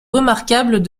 remarquables